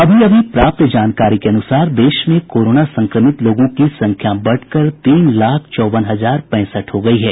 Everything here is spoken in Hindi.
अभी अभी प्राप्त जानकारी के अनुसार देश में कोरोना संक्रमित लोगों की संख्या बढ़कर तीन लाख चौवन हजार पैंसठ हो गई है